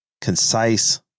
concise